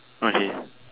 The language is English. okay